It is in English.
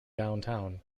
downtown